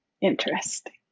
interesting